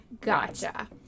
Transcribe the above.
Gotcha